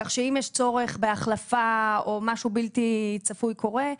כך שאם יש צורך בהחלפה או משהו בלתי צפוי קורה,